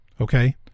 okay